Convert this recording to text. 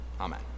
Amen